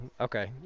okay